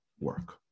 work